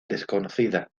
desconocida